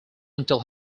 until